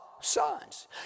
sons